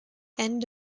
end